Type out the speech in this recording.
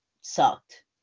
sucked